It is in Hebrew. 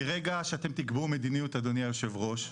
מרגע שאתם תקבעו מדיניות אדוני היו"ר,